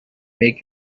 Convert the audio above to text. make